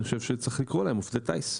אני חושב שצריך לקרוא להם עובדי טייס.